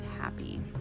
happy